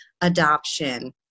adoption